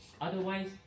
Otherwise